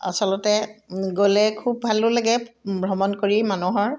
আচলতে গ'লে খুব ভালো লাগে ভ্ৰমণ কৰি মানুহৰ